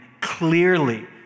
clearly